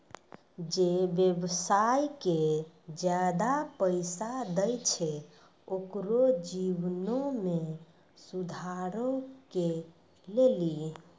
जे व्यवसाय के ज्यादा पैसा दै छै ओकरो जीवनो मे सुधारो के लेली